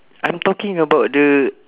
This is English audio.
I'm talking about the